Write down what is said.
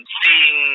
seeing